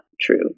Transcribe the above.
true